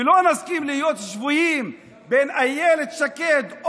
ולא נסכים להיות שבויים בין אילת שקד,